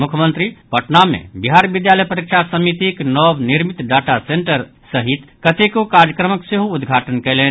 मुख्यमंत्री पटना मे बिहार विद्यालय परीक्षा समितिक नव निर्मित डाटा सेंटर सहित कतेको कार्यक्रमक सेहो उदघाटन कयलनि